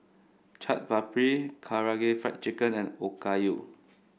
Chaat Papri Karaage Fried Chicken and Okayu